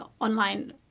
online